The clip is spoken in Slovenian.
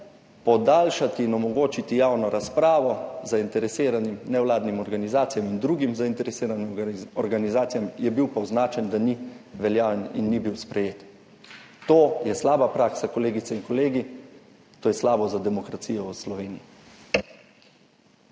podaljšati in omogočiti javno razpravo zainteresiranim nevladnim organizacijam in drugim zainteresiranim organizacijam, je bil pa označen, da ni veljaven in ni bil sprejet. To je slaba praksa, kolegice in kolegi. To je slabo za demokracijo v Sloveniji.